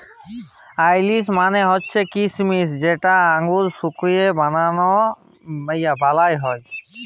রাইসিল মালে হছে কিছমিছ যেট আঙুরকে শুঁকায় বালাল হ্যয়